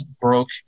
broke